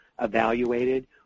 evaluated